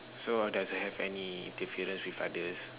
so doesn't have any interference with others